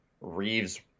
Reeves